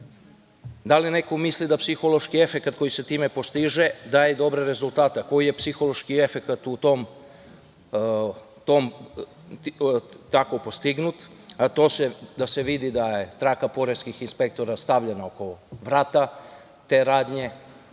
Da li neko misli da psihološki efekat koji se time postiže daje dobre rezultate? A koji je psihološki efekat tako postignut? To je da se vidi da je traka poreskih inspektora stavljena oko vrata te radnje,